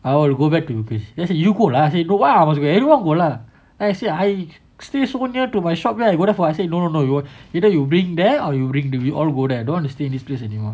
I want to go back to the place let's say you go lah don't want everyone go lah then I say I stay so near to my shop right then I go there for what I say no no no you say you bring there or we all go there I don't want to stay in this place anymore